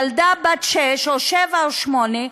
ילדה בת שש או שבע או שמונה,